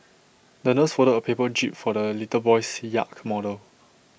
the nurse folded A paper jib for the little boy's yacht model